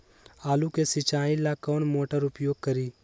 आलू के सिंचाई ला कौन मोटर उपयोग करी?